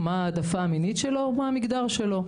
מה ההעדפה המינית שלו ומה המגדר שלו.